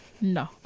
no